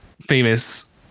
famous